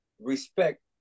respect